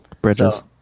Bridges